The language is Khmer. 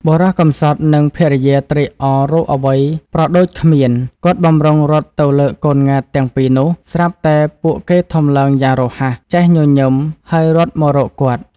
បុរសកំសត់ និង ភរិយាត្រេកអររកអ្វីប្រដូចគ្មាន គាត់បំរុងរត់ទៅលើកកូនង៉ែតទាំងពីរនោះ ស្រាប់តែពួកគេធំឡើងយ៉ាងរហ័ស ចេះញញឹម ហើយរត់មករកគាត់ ៕